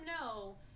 no